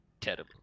terrible